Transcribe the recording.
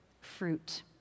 fruit